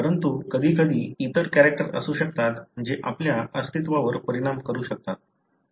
परंतु कधीकधी इतर कॅरेक्टर असू शकतात जे आपल्या अस्तित्वावर परिणाम करू शकतात